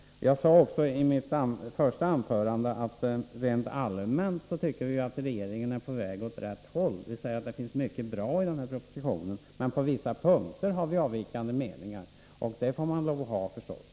Jag sade också i mitt första anförande att vi rent allmänt tycker att regeringen är på väg åt rätt håll. Det finns mycket som är bra i den här propositionen. Men på vissa punkter har vi avvikande meningar, och det får man förstås ha.